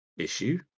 issue